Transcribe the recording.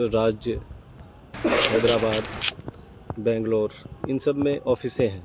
راجیہ حیدرآباد بنگلور ان سب میں آفسیں ہیں